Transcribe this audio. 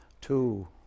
two